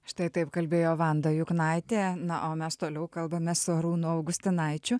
štai taip kalbėjo vanda juknaitė na o mes toliau kalbame su arūnu augustinaičiu